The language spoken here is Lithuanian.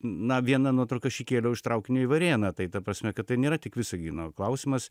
na vieną nuotrauką aš įkėliau iš traukinio į varėną tai ta prasme kad tai nėra tik visagino klausimas